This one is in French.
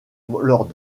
lord